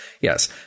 Yes